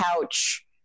couch